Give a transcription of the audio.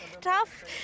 tough